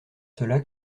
cela